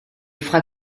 fera